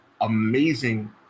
amazing